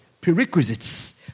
prerequisites